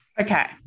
Okay